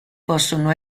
possono